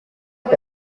est